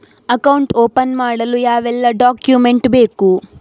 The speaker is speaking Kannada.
ಅಕೌಂಟ್ ಓಪನ್ ಮಾಡಲು ಯಾವೆಲ್ಲ ಡಾಕ್ಯುಮೆಂಟ್ ಬೇಕು?